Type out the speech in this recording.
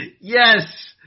Yes